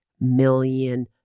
million